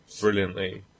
brilliantly